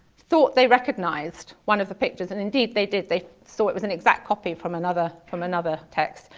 thought they recognized one of the pictures. and indeed they did, they saw it was an exact copy from another from another text.